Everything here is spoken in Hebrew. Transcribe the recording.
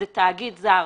זה תאגיד זר